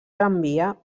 tramvia